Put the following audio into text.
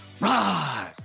rise